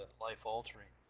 life altering.